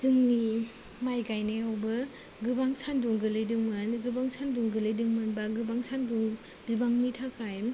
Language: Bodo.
जोंनि माइ गायनायावबो गोबां सान्दुं गोलैदोंमोन गोबां सान्दुं गोलैदोंमोन बा गोबां सान्दुं बिबांनि थाखाय